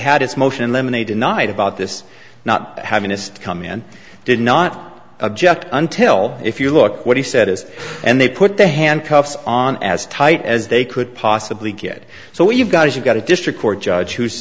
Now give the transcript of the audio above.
had its motion lemonade denied about this not having to come in and did not object until if you look what he said is and they put the handcuffs on as tight as they could possibly get so what you've got is you've got a district court judge who's